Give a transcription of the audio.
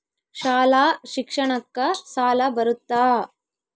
ಶಾಲಾ ಶಿಕ್ಷಣಕ್ಕ ಸಾಲ ಬರುತ್ತಾ?